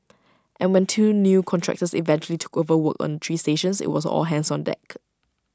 and when two new contractors eventually took over work on three stations IT was all hands on deck